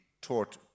taught